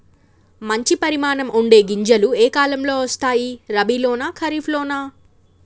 మంచి పరిమాణం ఉండే గింజలు ఏ కాలం లో వస్తాయి? రబీ లోనా? ఖరీఫ్ లోనా?